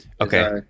Okay